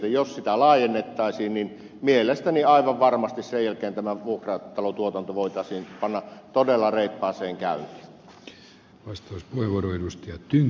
jos sitä laajennettaisiin mielestäni aivan varmasti sen jälkeen tämä vuokratalotuotanto voitaisiin panna todella reippaasti käyntiin